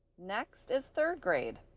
next is third grade.